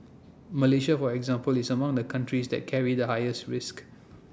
Malaysia for example is among the countries that carry the highest risk